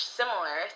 similar